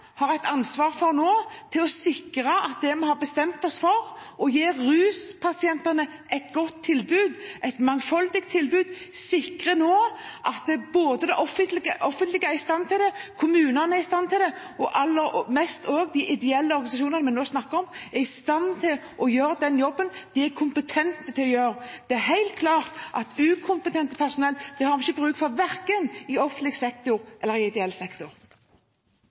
har et ansvar for å sikre at vi gjør det vi har bestemt oss for: å gi ruspasientene et godt tilbud, et mangfoldig tilbud. Vi har et ansvar for å sikre at det offentlige er i stand til det, at kommunene er i stand til det, og aller mest for at også de ideelle organisasjonene vi nå snakker om, er i stand til å gjøre den jobben de er kompetente til å gjøre. Det er helt klart at inkompetent personell har vi ikke bruk for verken i offentlig sektor eller i ideell sektor.